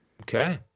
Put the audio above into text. Okay